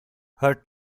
her